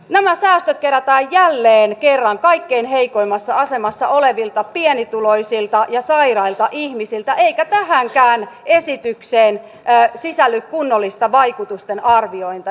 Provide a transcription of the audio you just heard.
nämä säästöt kerätään jälleen kerran kaikkein heikoimmassa asemassa olevilta pienituloisilta ja sairailta ihmisiltä eikä tähänkään esitykseen sisälly kunnollista vaikutusten arviointia